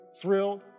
thrilled